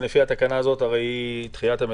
הרי לפי התקנה הזאת יש תחיית המתים,